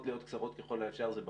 להיות קצרות ככל האפשר זה בפנימיות.